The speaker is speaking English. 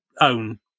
own